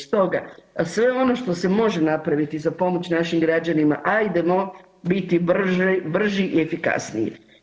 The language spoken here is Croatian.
Stoga, sve ono što se može napraviti za pomoć našim građanima, ajdemo biti brži i efikasniji.